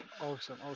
Awesome